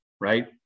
right